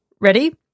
Ready